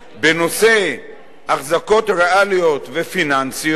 בנושא אחזקות ריאליות ופיננסיות